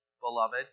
beloved